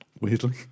Weirdly